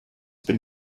been